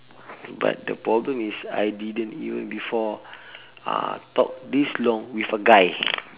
but the problem is I didn't even before uh talk this long with a guy